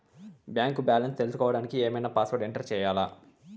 Bank balance తెలుసుకోవడానికి ఏమన్నా password enter చేయాలా?